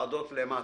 בוועדות למטה.